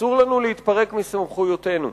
אסור לנו להתפרק מסמכויותינו.